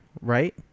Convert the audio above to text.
right